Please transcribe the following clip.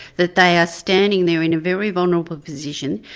that they are standing there in a very vulnerable position,